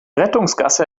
rettungsgasse